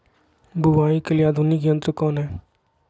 बुवाई के लिए आधुनिक यंत्र कौन हैय?